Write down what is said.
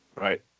Right